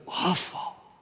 awful